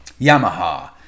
Yamaha